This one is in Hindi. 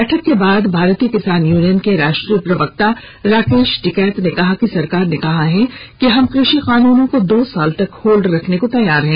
बैठक के बाद भारतीय किसान यूनियन के राष्ट्रीय प्रवक्ता राकेश टिकैत ने कहा कि सरकार ने कहा है कि हम कृषि कानूनों को दो साल तक होल्ड रखने को तैयार हैं